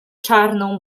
czarną